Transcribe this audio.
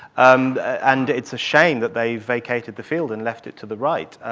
and and it's a shame that they vacated the field and left it to the right,